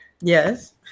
Yes